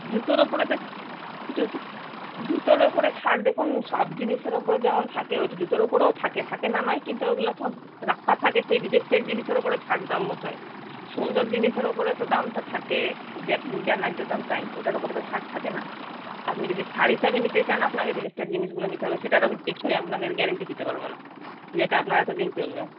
জুতোর উপরে তো জুতোর উপরে ছাড় দেখুন সব জিনিসের উপরে যেমন থাকে জুতোর উপরেও থাকে থাকে না নয় কিন্তু ওগুলো সব রাখা থাকে সে রিজেকটেড জিনিসের উপর ছাড় দাম বসায় সুন্দর জিনিসের উপরে তো দামটা থাকে যা যা ন্যায্য দাম তাই ওটার উপরে তো ছাড় থাকে না আপনি যদি ছাড় হিসাবে নিতে চান আপনাকে রিজেকটেড জিনিসগুলো নিতে হবে সেটার টেকসই আপনাদের গ্যারান্টি দিতে পারব না যে এটা আপনার এত দিন চলবে